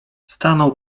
stanął